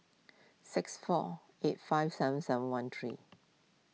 six four eight five seven seven one three